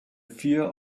fear